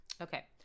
Okay